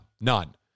none